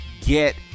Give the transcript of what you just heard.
get